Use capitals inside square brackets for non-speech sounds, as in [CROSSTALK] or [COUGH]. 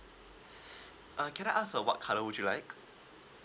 [BREATH] uh can I ask uh what colour would you like